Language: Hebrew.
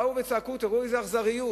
באו וצעקו: תראו איזו אכזריות,